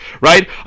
Right